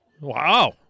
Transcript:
Wow